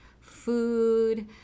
food